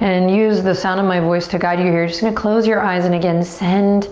and use the sound of my voice to guide you here. just gonna close your eyes and again send